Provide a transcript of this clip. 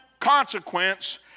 consequence